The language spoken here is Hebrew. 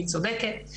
והיא צודקת,